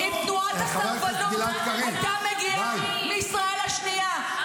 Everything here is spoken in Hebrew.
אתם לא יודעים לשמוע, אז